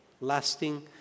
lasting